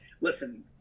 listen